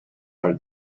are